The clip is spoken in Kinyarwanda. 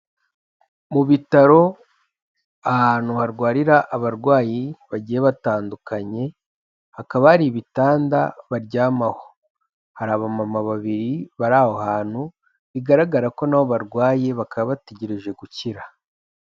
Mu bitaro ahantu harwarira abarwayi bagiye batandukanye, hakaba hari ibitanda baryamaho hari abamama babiri bari aho hantu bigaragara ko nabo barwaye bakaba bategereje gukira.